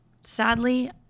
Sadly